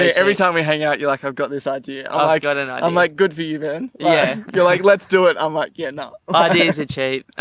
ah every time we hang out you're like, i've got this idea, ah i've got and i'm like, good for you. then yeah you're like, let's do it. i'm like, yeah, no, ah it is a cheap